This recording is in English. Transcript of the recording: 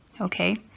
Okay